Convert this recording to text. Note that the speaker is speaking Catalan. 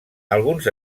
alguns